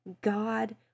God